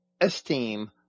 esteem